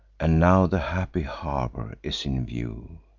and now the happy harbor is in view.